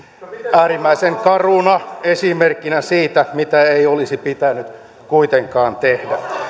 äärimmäisen karuna esimerkkinä siitä mitä ei olisi pitänyt kuitenkaan tehdä